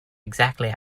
exactly